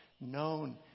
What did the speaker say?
known